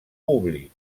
públic